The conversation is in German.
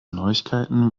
neuigkeiten